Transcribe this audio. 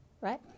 right